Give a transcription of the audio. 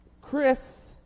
Chris